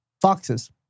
Foxes